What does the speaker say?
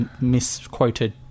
misquoted